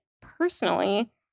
personally